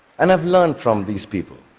and i've learned from these people